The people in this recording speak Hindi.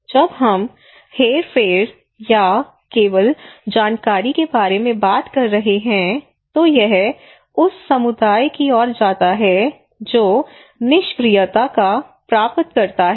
जब हम हेरफेर या केवल जानकारी के बारे में बात कर रहे हैं तो यह उस समुदाय की ओर जाता है जो निष्क्रियता का प्राप्तकर्ता है